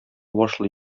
башлый